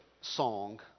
song